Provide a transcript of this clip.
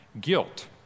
Guilt